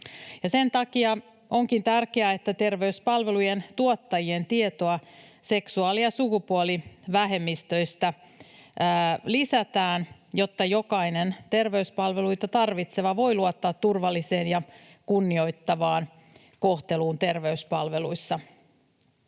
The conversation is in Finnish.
Sen takia onkin tärkeää, että terveyspalvelujen tuottajien tietoa seksuaali- ja sukupuolivähemmistöistä lisätään, jotta jokainen terveyspalveluita tarvitseva voi luottaa turvalliseen ja kunnioittavaan kohteluun terveyspalveluissa.